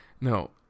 no